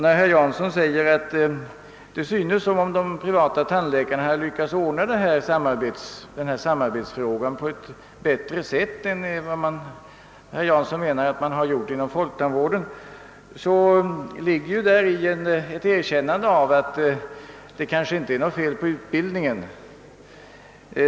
När herr Jansson säger att det synes som om de privata tandläkarna har lyckats ordna samarbetsfrågan på ett bättre sätt än man gjort inom folktandvården, ligger däri ett erkännande av att det kanske inte är något fel på utbildningen.